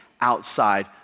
outside